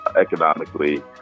economically